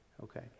Okay